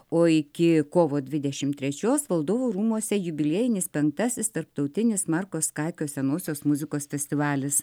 o iki kovo dvidešimt trečios valdovų rūmuose jubiliejinis penktasis tarptautinis marko skaikio senosios muzikos festivalis